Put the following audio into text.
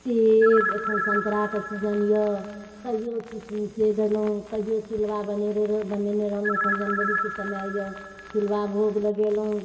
सेब एखन सन्तराके सीजन अइ कहिओ किसमिशे देलहुँ कहिओ तिलबा बनेते बनेने रहलहुँ एखन जनवरीके समय अइ तिलबा भोग लगेलहुँ